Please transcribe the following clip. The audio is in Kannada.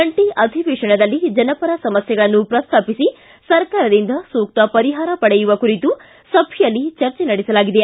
ಜಂಟಿ ಅಧಿವೇಶನದಲ್ಲಿ ಜನಪರ ಸಮಸ್ಕೆಗಳನ್ನು ಪ್ರಸ್ತಾಪಿಸಿ ಸರ್ಕಾರದಿಂದ ಸೂಕ್ತ ಪರಿಹಾರ ಪಡೆಯುವ ಕುರಿತು ಸಭೆಯಲ್ಲಿ ಚರ್ಚೆ ನಡೆಸಲಾಗಿದೆ